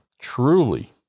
truly